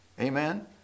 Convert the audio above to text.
Amen